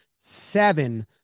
seven